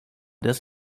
des